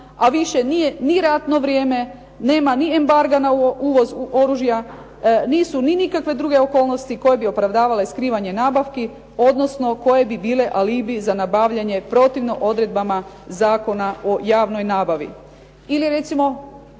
a više nije ni ratno vrijeme, nema ni embarga na uvoz oružja, nisu ni nikakve druge okolnosti koje bi opravdavale skrivanje nabavki odnosno koje bi bile alibi za nabavljanje protivno odredbama Zakona o javnoj nabavi.